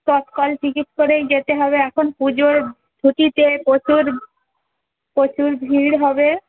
তৎকাল ticket করেই যেতে হবে এখন পুজোর ছুটিতে প্রচুর প্রচুর ভিড় হবে